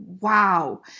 wow